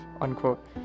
unquote